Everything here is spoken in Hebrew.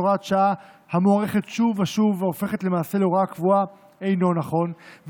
הוראת שעה המוארכת שוב ושוב והופכת למעשה להוראה קבועה אינו נכון,